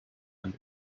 and